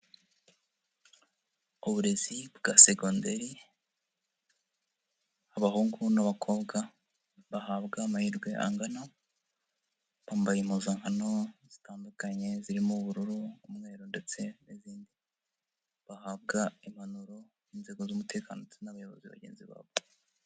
Uburezi bwa segonderi abahungu n'abakobwa, bahabwa amahirwe angana bambaye impuzankano zitandukanye zirimo ubururu, umweru ndetse n'izindi, bahabwa impanuro inzego z'umutekano ndetse n'abayobozi bagenzi babo.